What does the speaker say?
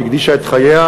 שהקדישה את חייה,